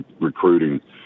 recruiting